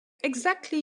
exactly